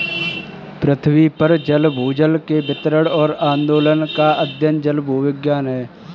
पृथ्वी पर जल भूजल के वितरण और आंदोलन का अध्ययन जलभूविज्ञान है